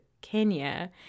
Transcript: kenya